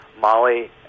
Molly